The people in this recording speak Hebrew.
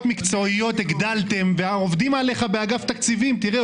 מקצועיות הגדלתם ועובדים עליך באגף התקציבים תראה,